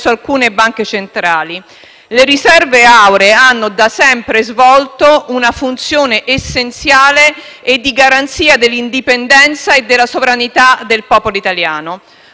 alcune banche centrali. Le riserve auree hanno da sempre svolto una funzione essenziale e di garanzia dell'indipendenza e della sovranità del popolo italiano.